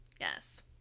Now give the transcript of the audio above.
Yes